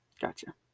Gotcha